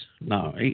no